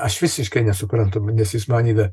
aš visiškai nesuprantu nes jis man yra